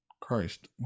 Christ